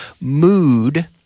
mood